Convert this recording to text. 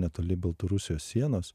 netoli baltarusijos sienos